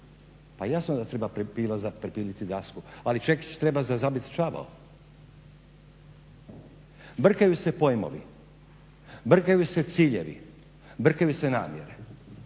Pa jasno da treba pila za prepiliti dasku, ali čekić treba za zabiti čavao. Brkaju se pojmovi, brkaju se ciljevi, brkaju se namjere.